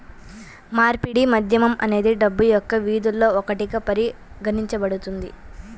మార్పిడి మాధ్యమం అనేది డబ్బు యొక్క విధుల్లో ఒకటిగా పరిగణించబడుతుంది